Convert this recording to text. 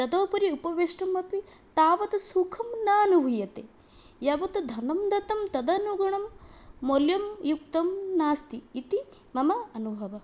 तदुपरि उपवेष्टुम् अपि तावत् सुखं नानुभूयते यावत् धनं दत्तं तदनुगुणं मौल्यं युक्तं नास्ति इति मम अनुभवः